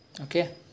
Okay